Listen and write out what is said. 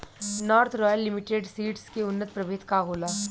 North Royal Limited Seeds के उन्नत प्रभेद का होला?